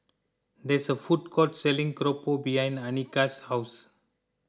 there is a food court selling Keropok behind Anika's house